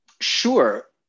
Sure